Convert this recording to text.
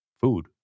food